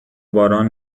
باران